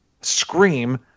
scream